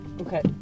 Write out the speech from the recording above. Okay